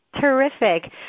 Terrific